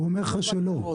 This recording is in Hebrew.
הוא אומר לך שלא.